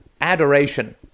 adoration